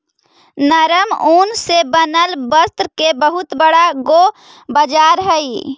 नरम ऊन से बनल वस्त्र के बहुत बड़ा गो बाजार हई